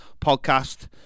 podcast